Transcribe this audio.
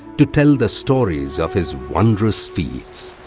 to tell the stories of his wondrous feats.